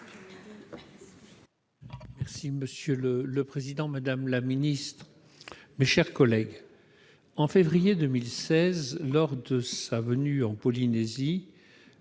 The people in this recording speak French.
Monsieur le président, madame la ministre, mes chers collègues, en février 2016, lors de sa venue en Polynésie,